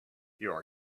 your